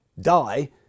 die